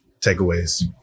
Takeaways